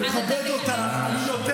אני מכבד אותך חברת